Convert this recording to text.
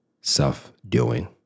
self-doing